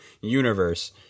universe